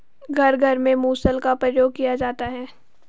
घर घर में मुसल का प्रयोग किया जाता है